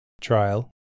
trial